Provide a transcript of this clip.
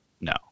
No